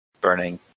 burning